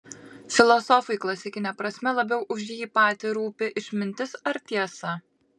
filosofui klasikine prasme labiau už jį patį rūpi išmintis ar tiesa